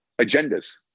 Agendas